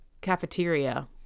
cafeteria